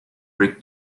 brick